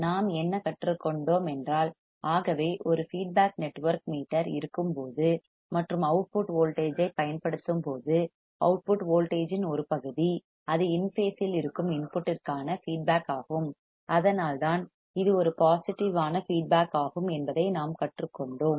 நாம் என்ன கற்றுக்கொண்டோம் என்றால் ஆகவே ஒரு ஃபீட்பேக் நெட்வொர்க் மீட்டர் இருக்கும்போது மற்றும் அவுட்புட் வோல்டேஜ் ஐப் பயன்படுத்தும்போது அவுட்புட் வோல்டேஜ் இன் ஒரு பகுதி அது இன் பேசில் இருக்கும் இன்புட்டிற்கான ஃபீட்பேக் ஆகும் அதனால்தான் இது ஒரு பாசிட்டிவ் ஆன ஃபீட்பேக் ஆகும் என்பதை நாம் கற்றுக்கொண்டோம்